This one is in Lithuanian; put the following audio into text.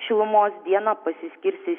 šilumos dieną pasiskirstys